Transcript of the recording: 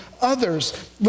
others